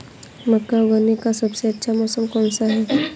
मक्का उगाने का सबसे अच्छा मौसम कौनसा है?